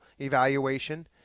evaluation